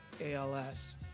ALS